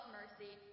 mercy